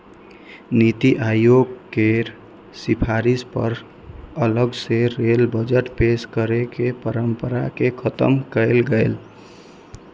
नीति आयोग केर सिफारिश पर अलग सं रेल बजट पेश करै के परंपरा कें खत्म कैल गेलै